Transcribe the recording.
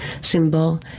symbol